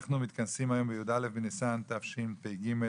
אנחנו מתכנסים היום בי"א בניסן תשפ"ג,